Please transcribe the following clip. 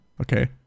Okay